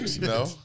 No